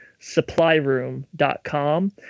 Supplyroom.com